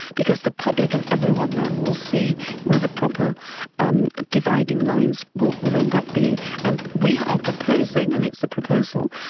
because the public and everyone then will see where the proper um dividing lines will will end up being. and we are proposing, and it's a proposal,